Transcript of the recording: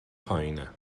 پایینه